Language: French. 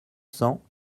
cents